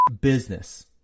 business